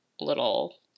little